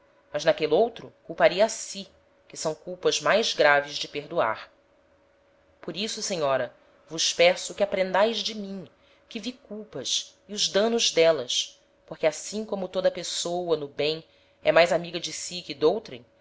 mas n'aquel'outro culparia a si que são culpas mais graves de perdoar por isso senhora vos peço que aprendaes de mim que vi culpas e os danos d'élas porque assim como toda a pessoa no bem é mais amiga de si que